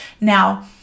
Now